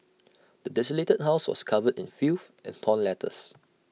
the desolated house was covered in filth and torn letters